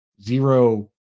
zero